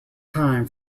time